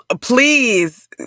please